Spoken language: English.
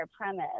premise